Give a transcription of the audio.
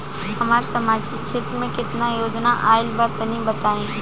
हमरा समाजिक क्षेत्र में केतना योजना आइल बा तनि बताईं?